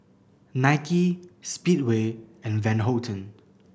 Nike Speedway and Van Houten